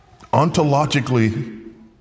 ontologically